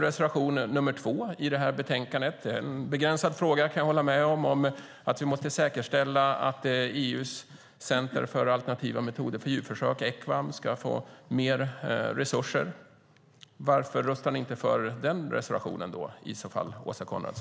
Reservation nr 2 i det här betänkandet - jag kan hålla med om att det är en begränsad fråga - handlar om att vi måste säkerställa att EU:s center för alternativa metoder för djurförsök, Ecvam, ska få mer resurser. Varför röstar ni i så fall inte för den reservationen, Åsa Coenraads?